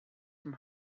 from